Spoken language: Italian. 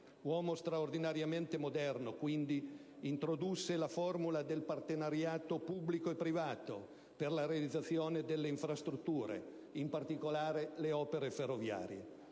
Uomo straordinariamente moderno, quindi, introdusse la forma del partenariato pubblico e privato per la realizzazione delle infrastrutture, in particolare le opere ferroviarie.